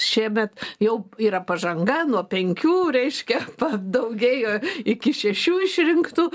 šiemet jau yra pažanga nuo penkių reiškia padaugėjo iki šešių išrinktų